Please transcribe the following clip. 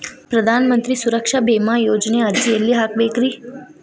ಪ್ರಧಾನ ಮಂತ್ರಿ ಸುರಕ್ಷಾ ಭೇಮಾ ಯೋಜನೆ ಅರ್ಜಿ ಎಲ್ಲಿ ಹಾಕಬೇಕ್ರಿ?